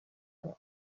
bamwe